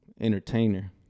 entertainer